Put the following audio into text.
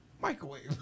Microwave